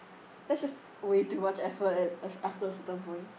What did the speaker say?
that's just way too much effort and as after a certain point